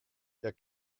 der